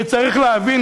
וצריך להבין,